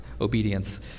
obedience